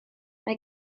mae